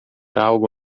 algo